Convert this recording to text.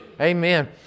Amen